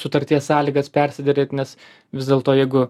sutarties sąlygas persiderėt nes vis dėlto jeigu